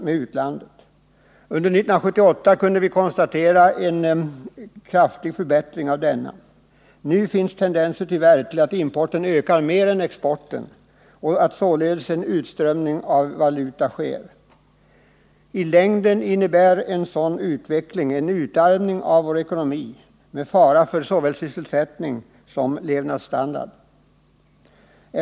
Under 1978 kunde vi notera en kraftig förbättring av denna. Nu finns tendenser till att importen ökar mer än exporten och att det således sker en utströmning av valuta. I längden innebär en sådan utveckling en utarmning av vår ekonomi med fara för såväl sysselsättning som levnadsstandard.